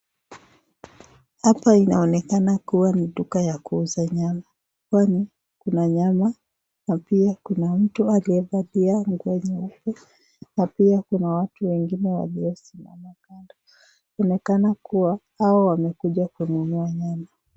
Hapa inaonekana kuwa ni duka ya kuuza nyama, kwani kuna nyama na pia kuna mtu aliyevalia nguo nyeupe na pia kuna watu wengine walio simama kando, inaonekana kuwa hao wamekuja kununua nyama.